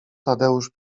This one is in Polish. tadeusz